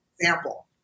example